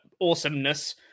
awesomeness